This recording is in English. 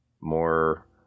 more